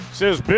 says